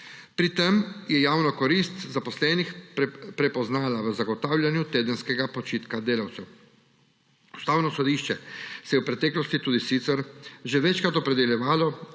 Pri tem je javno korist zaposlenih prepoznalo v zagotavljanju tedenskega počitka delavcev. Ustavno sodišče se je v preteklosti tudi sicer že večkrat opredeljevalo